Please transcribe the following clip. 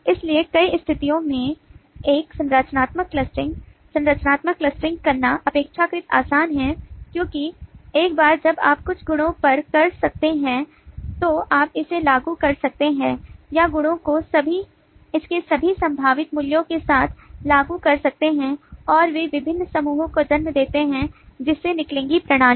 इसलिए कई स्थितियों में एक संरचनात्मक क्लस्टरिंग संरचनात्मक क्लस्टरिंग करना अपेक्षाकृत आसान है क्योंकि एक बार जब आप कुछ गुणों पर कर सकते हैं तो आप इसे लागू कर सकते हैं या गुणों को इसके सभी संभावित मूल्यों के साथ लागू कर सकते हैं और वे विभिन्न समूहों को जन्म देते हैं जिससे निकलेंगी प्रणाली